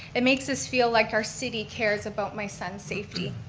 it makes us feel like our city cares about my son's safety.